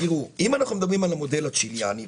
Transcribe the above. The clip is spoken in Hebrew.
אם אנחנו מדברים על המודל הצ'יליאני,